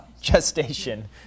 Gestation